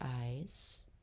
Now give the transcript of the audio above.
eyes